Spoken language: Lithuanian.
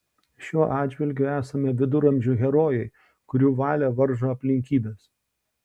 šiuo atžvilgiu esame viduramžių herojai kurių valią varžo aplinkybės